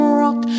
rock